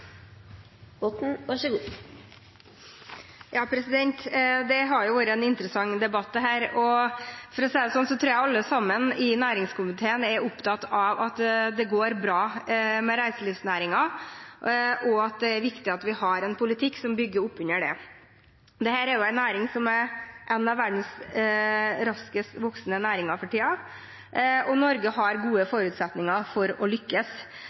næringskomiteen er opptatt av at det går bra med reiselivsnæringen, og at det er viktig at vi har en politikk som bygger opp under den. Dette er jo en næring som er en av verdens raskest voksende næringer for tiden, og Norge har gode forutsetninger for å